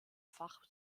fach